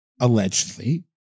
allegedly